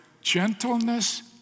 gentleness